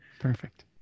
Perfect